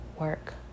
work